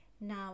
Now